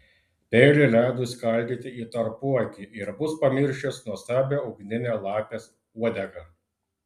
peilį ledui skaldyti į tarpuakį ir bus pamiršęs nuostabią ugninę lapės uodegą